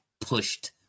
pushed